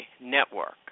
network